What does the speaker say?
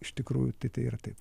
iš tikrųjų tai tai yra taip